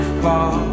fall